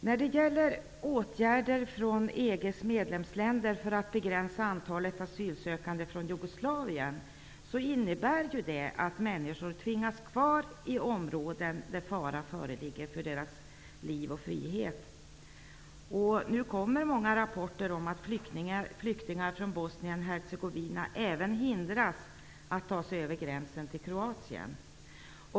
När det gäller åtgärder från EG:s medlemsländer för att begränsa antalet asylsökande från Jugoslavien, innebär dessa att människor tvingas kvar i områden där fara för deras liv och frihet föreligger. Nu kommer många rapporter om att flyktingar från Bosnien-Hercegovina även hindras att ta sig över gränsen till Kroatien.